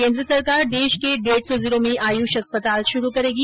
केन्द्र सरकार देश के डेढ़ सौ जिलों में आयुष अस्पताल शुरू करेगी